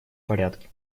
порядке